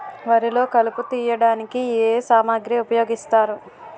వరిలో కలుపు తియ్యడానికి ఏ ఏ సామాగ్రి ఉపయోగిస్తారు?